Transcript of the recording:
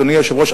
אדוני היושב-ראש,